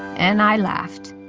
and i laughed